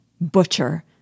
Butcher